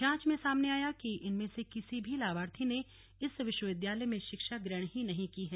जांच में सामने आया कि इनमें से किसी भी लाभार्थी ने इस विश्वविद्यालय में शिक्षा ग्रहण नहीं की है